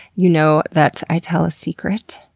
you know that i tell a secret.